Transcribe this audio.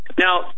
Now